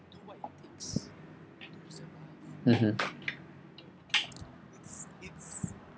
mmhmm